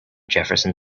jefferson